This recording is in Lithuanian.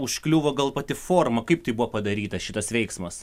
užkliuvo gal pati forma kaip tai buvo padaryta šitas veiksmas